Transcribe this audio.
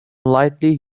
lightly